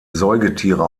säugetiere